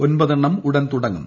ഒമ്പതെണ്ണം ഉടൻ തുടങ്ങും